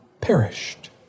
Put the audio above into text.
perished